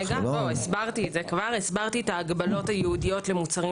הסברתי את ההגבלות הייעודיות למוצרים